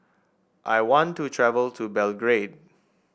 I want to travel to Belgrade